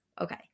okay